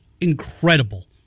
Incredible